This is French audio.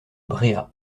bréhat